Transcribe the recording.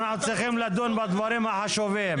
אנחנו צריכים לדון בדברים החשובים.